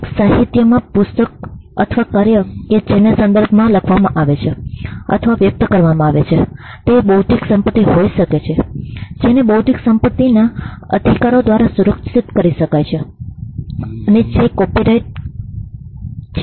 એક સાહિત્યિક કાર્યમાં પુસ્તક અથવા કાર્ય કે જેને શબ્દોમાં લખવામાં આવે છે અથવા વ્યક્ત કરવામાં આવે છે તે બૌદ્ધિક સંપતિ હોઈ શકે છે જેને બૌદ્ધિક સંપત્તિના અધિકારો દ્વારા સુરક્ષિત કરી શકાય છે અને જે કોપીરાઈટcopyrightમુદ્રણાધિકાર છે